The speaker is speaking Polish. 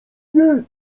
nie